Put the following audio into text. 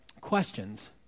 questions